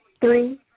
Three